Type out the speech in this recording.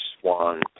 swan